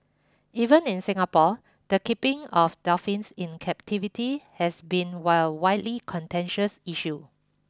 even in Singapore the keeping of dolphins in captivity has been well widely contentious issue